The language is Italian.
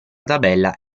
tabella